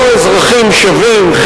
לא אזרחים שווים,